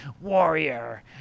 warrior